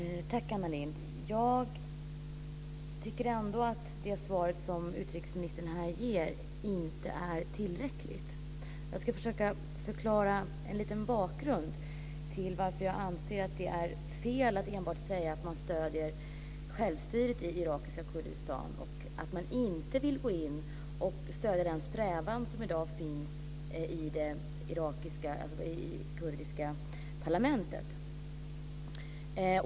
Fru talman! Tack, Anna Lindh! Jag tycker ändå att det svar som utrikesministern här ger inte är tillräckligt. Jag ska försöka förklara bakgrunden till att jag anser det vara fel att enbart säga att man stöder självstyret i irakiska Kurdistan och inte vilja gå in och stödja den strävan som i dag finns i det kurdiska parlamentet.